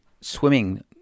swimming